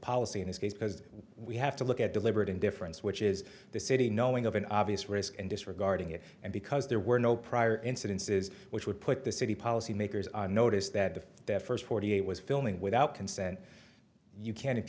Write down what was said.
policy in this case because we have to look at deliberate indifference which is the city knowing of an obvious risk and disregarding it and because there were no prior incidences which would put the city policy makers on notice that the first forty eight was filming without consent you can't if